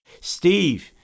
Steve